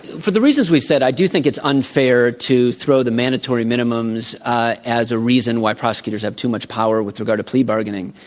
for the reasons we said, i do think it's unfair to throw the mandatory minimums as a reason why prosecutors have too much power with regard to plea bargaining.